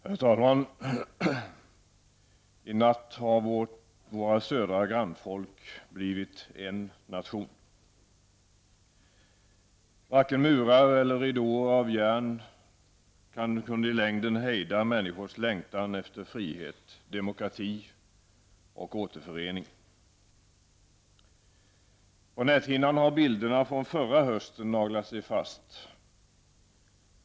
Herr talman! I natt har våra södra grannfolk blivit en nation. Varken murar eller ridåer av järn kunde i längden hejda människors längtan efter frihet, demokrati och återförening. På näthinnan har bilderna från förra hösten naglat sig fast.